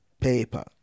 paper